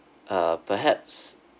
uh perhaps